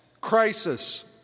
crisis